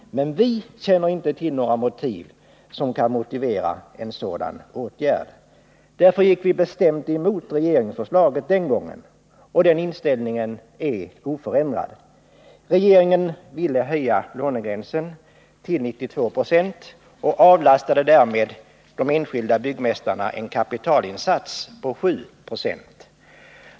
Men vi känner inte till några skäl som kan motivera en sådan åtgärd. Därför gick vi den gången bestämt emot regeringsförslaget, och den inställningen är oförändrad. Regeringen ville höja lånegränsen till 92 26 och därmed avlasta de enskilda byggmästarna en kapitalinsats på 7 26.